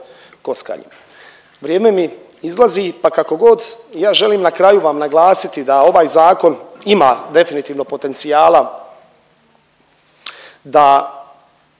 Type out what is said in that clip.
kockanju. Vrijeme mi izlazi, pa kako god ja želim na kraju vam naglasiti da ovaj zakon ima definitivno potencijala da